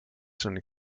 schon